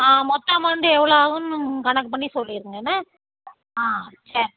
ஆ மொத்தம் அமௌண்டு எவ்வளோ ஆகும்னு கணக்கு பண்ணி சொல்லிடுங்க என்ன ஆ செரி